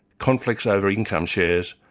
conflicts over income shares,